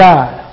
God